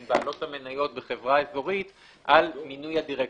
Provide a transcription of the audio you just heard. בעלות המניות בחברה אזורית על מינוי הדירקטורים.